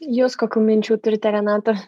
jūs kokių minčių turite renata